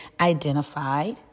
identified